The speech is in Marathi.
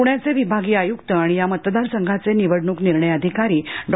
पृण्याचे विभागीय आयुक्त आणि या मतदार संघाचे निवडणूक निर्णय अधिकारी डॉ